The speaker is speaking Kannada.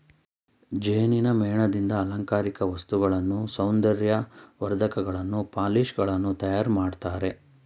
ಜೇನಿನ ಮೇಣದಿಂದ ಅಲಂಕಾರಿಕ ವಸ್ತುಗಳನ್ನು, ಸೌಂದರ್ಯ ವರ್ಧಕಗಳನ್ನು, ಪಾಲಿಶ್ ಗಳನ್ನು ತಯಾರು ಮಾಡ್ತರೆ